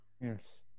Yes